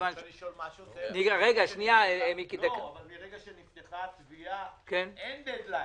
מהרגע שנפתחה התביעה, אין דד ליין.